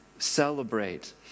celebrate